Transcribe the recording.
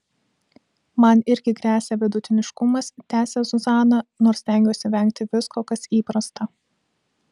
man irgi gresia vidutiniškumas tęsia zuzana nors stengiuosi vengti visko kas įprasta